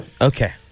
Okay